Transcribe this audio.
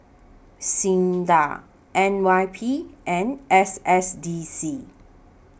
SINDA N Y P and S S D C